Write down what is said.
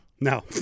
No